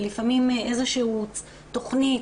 ולפעמים איזה שהיא תכנית,